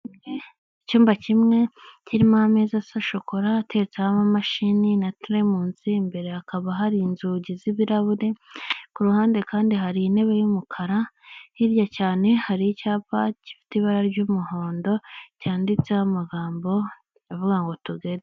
Icyumba kimwe kirimo ameza asa shokora ateretseho amamashini na teremunsi imbere hakaba hari inzugi z'ibirahure, ku ruhande kandi hari intebe y'umukara hirya cyane hari icyapa gifite ibara ry'umuhondo cyanditseho amagambo avuga ngo tugeda.